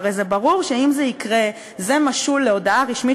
הרי ברור שאם זה יקרה זה משול להודעה רשמית